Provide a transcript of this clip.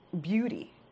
beauty